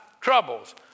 Troubles